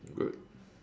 good